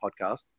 podcast